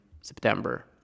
September